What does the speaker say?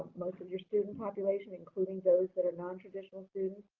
most of your student population, including those that are nontraditional students,